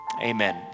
amen